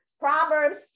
proverbs